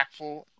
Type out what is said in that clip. impactful